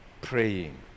praying